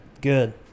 Good